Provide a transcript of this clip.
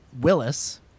Willis